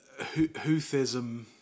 Houthism